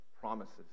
promises